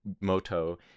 moto